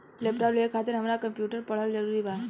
Laptop लेवे खातिर हमरा कम्प्युटर पढ़ल जरूरी बा?